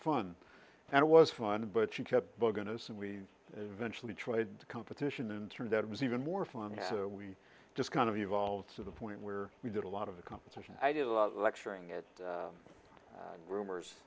fun and it was fun but she kept bugging us and we eventually tried competition and turned out it was even more fun we just kind of evolved to the point where we did a lot of the competition i do a lot lecturing at